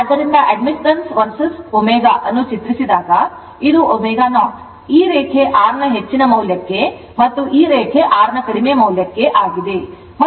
ಆದ್ದರಿಂದ admittance vs ω ಅನ್ನು ಚಿತ್ರಿಸಿದಾಗ ಇದು ω0 ಈ ರೇಖೆ R ನ ಹೆಚ್ಚಿನ ಮೌಲ್ಯಕ್ಕೆ ಮತ್ತು ಈ ರೇಖೆ R ನ ಕಡಿಮೆ ಮೌಲ್ಯಕ್ಕೆ ಆಗಿದೆ